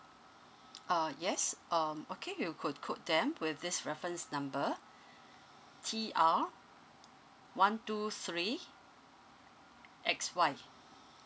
um yes um okay you could quote them with this reference number t r one two three x y